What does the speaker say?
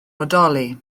bodoli